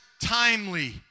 timely